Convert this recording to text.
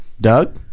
Doug